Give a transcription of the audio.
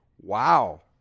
Wow